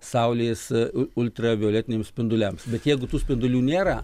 saulės ultravioletiniams spinduliams bet jeigu tų spindulių nėra